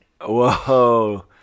Whoa